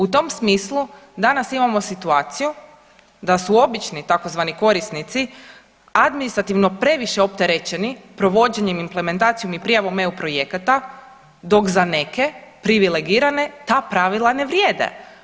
U tom smislu danas imamo situaciju da su obični tzv. korisnici administrativno previše opterećeni provođenjem, implementacijom i prijavom EU projekata dok za neke privilegirane ta pravila ne vrijede.